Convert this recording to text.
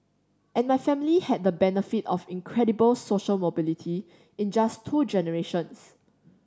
and my family had the benefit of incredible social mobility in just two generations